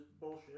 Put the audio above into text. bullshit